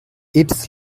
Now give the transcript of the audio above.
its